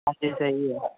ਹਾਂਜੀ ਸਹੀ ਹੈ